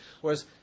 Whereas